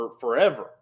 forever